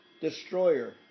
destroyer